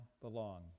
belong